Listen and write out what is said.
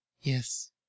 Yes